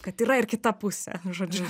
kad yra ir kita pusė žodžiu